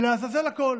ולעזאזל הכול.